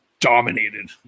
dominated